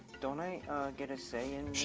don't i get a say